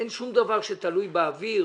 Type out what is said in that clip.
אין שום דבר שתלוי באוויר